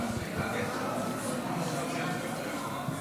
לא יושב-ראש הוועדה מסכם?